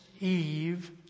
Eve